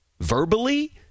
Verbally